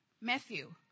Matthew